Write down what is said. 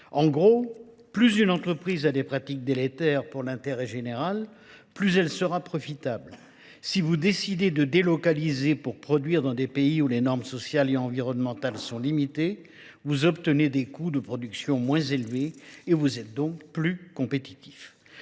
En gros, plus une entreprise a des pratiques délétères pour l'intérêt général, plus elle sera profitable. Si vous décidez de délocaliser pour produire dans des pays où les normes sociales et environnementales sont limitées, vous obtenez des coûts de production moins élevés et vous êtes donc plus compétitifs.